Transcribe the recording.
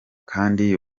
kandi